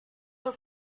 were